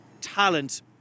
talent